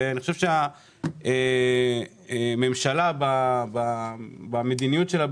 אני חושב שהממשלה במדיניות שלה,